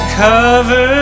cover